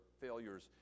failures